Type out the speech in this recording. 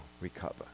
recover